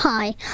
Hi